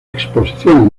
exposiciones